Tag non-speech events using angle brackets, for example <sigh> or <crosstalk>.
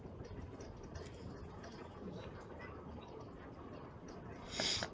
<noise>